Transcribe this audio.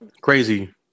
crazy